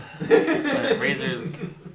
Razors